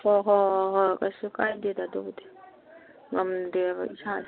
ꯍꯣ ꯍꯣ ꯍꯣ ꯍꯣꯏ ꯀꯩꯁꯨ ꯀꯥꯏꯗꯦꯗ ꯑꯗꯨꯕꯨꯗꯤ ꯉꯝꯗꯦꯕ ꯏꯁꯥꯁꯦ